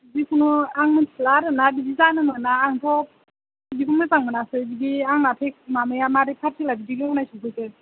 जिखुनु आं मोन्थिला आरोना बिदि जानो मोना आंथ' बिदिखौ मोजां मोनासै बिदि आंना माबाया माबोरै पार्सेला बिदि गेवनाय सौफैखो